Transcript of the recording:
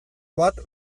bat